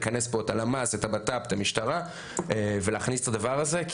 לכנס פה את הלמ"ס ואת הבט"פ ואת המשטרה ולהכניס את הדבר הזה,